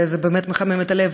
וזה מחמם את הלב.